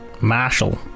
Marshall